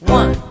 one